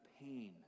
pain